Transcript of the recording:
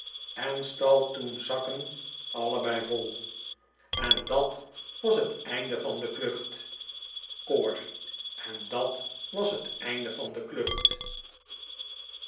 en stal toen zakken allebei vol en dat was het eind van de klucht koor en dat was het eind van de klucht